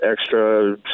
extra